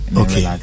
okay